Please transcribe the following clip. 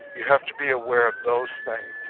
you have to be aware of those things,